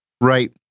Right